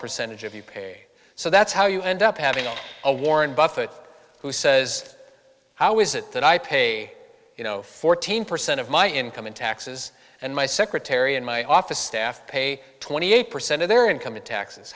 percentage of you pay so that's how you end up having a warren buffett who says how is it that i pay you know fourteen percent of my income in taxes and my secretary and my office staff pay twenty eight percent of their income in taxes